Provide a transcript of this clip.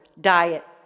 diet